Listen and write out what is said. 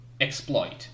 exploit